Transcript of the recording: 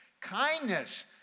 kindness